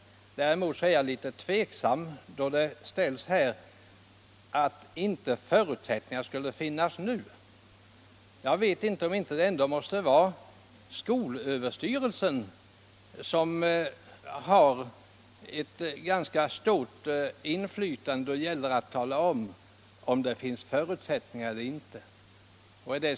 Däremot blev jag litet förvånad när det sades att det inte skulle finnas några förutsättningar för sådan försöksverksamhet nu. Det måste väl ändå vara skolöverstyrelsen som har ganska stort inflytande när det gäller att tala om huruvida de förutsättningarna finns eller inte.